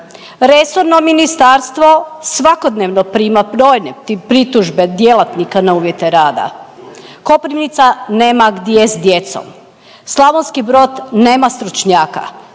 Resorno ministarstvo svakodnevno prima brojne pritužbe djelatnika na uvjete rada. Koprivnica nema gdje s djecom, Slavonski Brod nema stručnjaka,